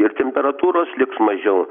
ir temperatūros liks mažiau